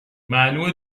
معلومه